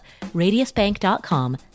RadiusBank.com